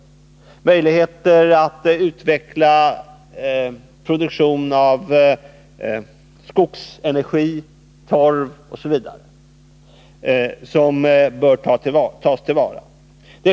Där finns möjligheter att utveckla produktion av skogsenergi, torv osv., som bör tas till vara.